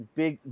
big